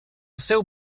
seu